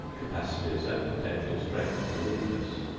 capacities and potential strength or weakness.